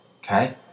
Okay